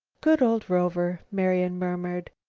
good old rover, marian murmured,